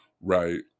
right